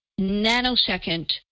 nanosecond